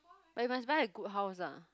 but you must buy a good house ah